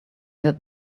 that